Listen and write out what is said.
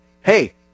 hey